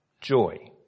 joy